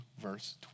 verse